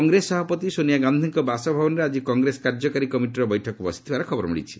କଂଗ୍ରେସ ସଭାପତି ସୋନିଆ ଗାନ୍ଧିଙ୍କ ବାସଭବନରେ ଆଜି କଂଗ୍ରେସ କାର୍ଯ୍ୟକାରୀ କମିଟିର ବୈଠକ ବସିଥିବାର ଖବର ମିଳିଛି